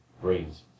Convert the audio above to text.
brains